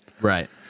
Right